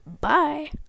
Bye